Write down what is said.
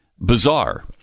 Bizarre